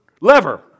Lever